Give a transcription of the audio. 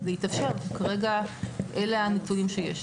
כרגע אלה הנתונים שיש.